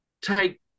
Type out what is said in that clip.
take